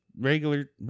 regular